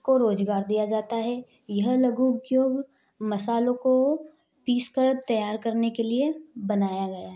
को रोज़गार दिया जाता है यह लघु उद्योग मसालों को पीसकर तैयार करने के लिए बनाया गया है